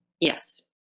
Yes